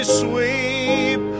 sweep